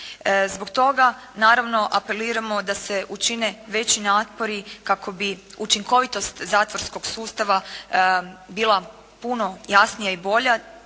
Zbog toga naravno apeliramo da se učine veći napori kako bi učinkovitost zatvorskog sustava bila puno jasnija i bolja